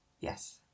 Yes